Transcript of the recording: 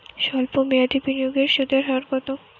সল্প মেয়াদি বিনিয়োগের সুদের হার কত?